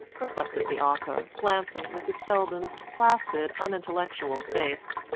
reflected the author, glancing at mrs. selldon's placid unintellectual face.